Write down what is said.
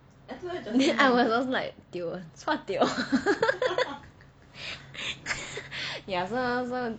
then I was like dio chua dio ya so so